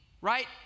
right